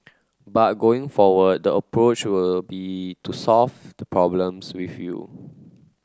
but going forward the approach will be to solve the problems with you